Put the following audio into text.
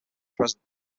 present